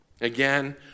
Again